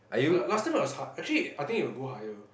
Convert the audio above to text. err late time it was hard actually I think it will go higher